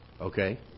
Okay